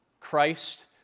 Christ